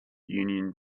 union